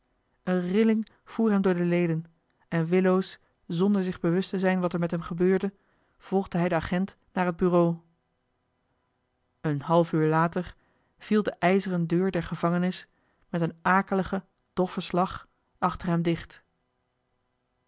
eene rilling voer hem door de leden en willoos zonder zich bewust te zijn wat er met hem gebeurde volgde hij den agent naar het bureau een half uur later viel de ijzeren deur der gevangenis met een akeligen doffen slag achter hem dicht